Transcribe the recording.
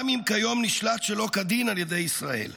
גם אם כיום נשלט שלא כדין על ידי ישראל.